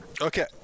Okay